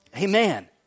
amen